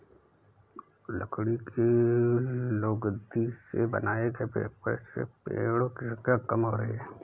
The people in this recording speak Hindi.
लकड़ी की लुगदी से बनाए गए पेपर से पेङो की संख्या कम हो रही है